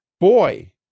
boy